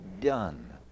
done